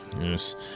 yes